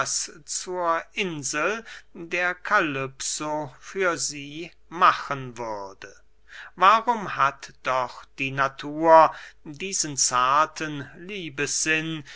zur insel der kalypso für sie machen würde warum hat doch die natur diesen zarten